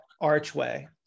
archway